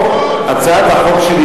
הצעת החוק שלי